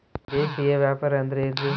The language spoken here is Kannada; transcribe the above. ದೇಶೇಯ ವ್ಯಾಪಾರ ಅಂದ್ರೆ ಏನ್ರಿ?